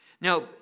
Now